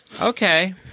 Okay